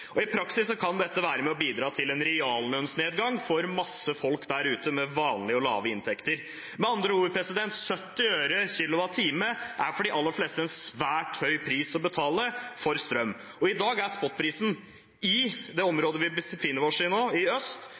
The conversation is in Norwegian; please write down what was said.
praksis kan dette være med og bidra til en reallønnsnedgang for masse folk der ute med vanlige og lave inntekter. Med andre ord: 70 øre/kWh er for de aller fleste en svært høy pris å betale for strøm. I dag er spotprisen i det området vi befinner oss i nå, i øst,